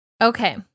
Okay